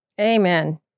Amen